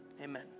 amen